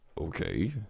okay